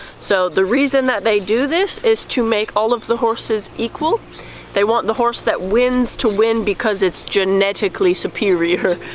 so the reason that they do this is to make all of the horses equal they want the horse that wins to win because it's genetically superior,